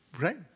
Right